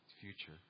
future